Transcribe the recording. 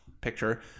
picture